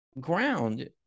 ground